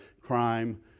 crime